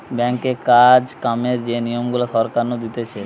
ব্যাঙ্কে কাজ কামের যে নিয়ম গুলা সরকার নু দিতেছে